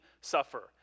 suffer